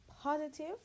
positive